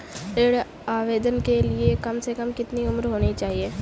ऋण आवेदन के लिए कम से कम कितनी उम्र होनी चाहिए?